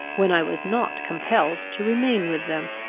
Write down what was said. when i was not compelled to remain with them.